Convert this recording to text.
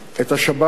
את השב"כ,